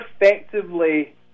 effectively